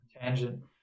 tangent